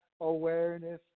awareness